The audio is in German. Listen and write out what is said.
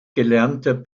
gelernter